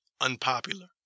unpopular